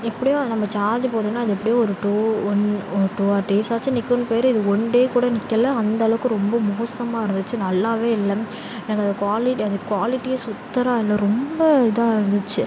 எப்படியோ நம்ம சார்ஜு போட்டோன்னால் அது எப்படியோ ஒரு டூ ஒன் டூ ஆர் டேஸாச்சும் நிற்குன் பேரு இது ஒன் டே கூட நிற்கல அந்த அளவுக்கு ரொம்ப மோசமாக இருந்துச்சு நல்லாவே இல்லை எனக்கு அந்த குவாலிட் அந்த குவாலிட்டியே சுத்தறா இல்லை ரொம்ப இதாக இருந்துச்சு